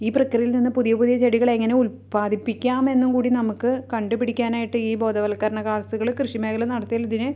ഈ പ്രക്രിയയിൽ നിന്ന് പുതിയ പുതിയ ചെടികൾ എങ്ങനെ ഉത്പദിപ്പിക്കാമെന്നും കൂടി നമുക്ക് കണ്ടുപിടിക്കാനായിട്ട് ഈ ബോധവത്ക്കരണ ക്ലാസുകൾ കൃഷി മേഖല നടത്തിയാലിതിന്